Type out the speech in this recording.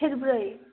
सेरब्रै